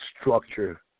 structure